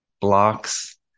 blocks